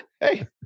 hey